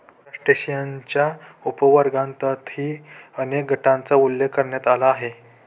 क्रस्टेशियन्सच्या उपवर्गांतर्गतही अनेक गटांचा उल्लेख करण्यात आला आहे